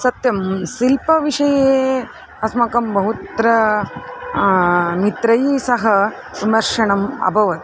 सत्यं शिल्पविषये अस्माकं बहुत्र मित्रैः सह सम्मर्शणम् अभवत्